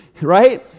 right